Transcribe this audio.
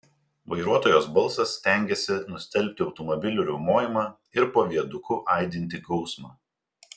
vairuotojos balsas stengėsi nustelbti automobilių riaumojimą ir po viaduku aidintį gausmą